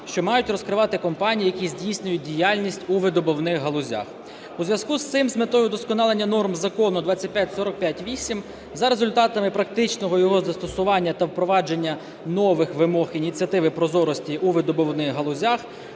що мають розкривати компанії, які здійснюють діяльність у видобувних галузях. У зв'язку з цим з метою удосконалення норм Закону 2545-VIII за результатами практичного його застосування та впровадження нових вимог Ініціативи прозорості у видобувних галузях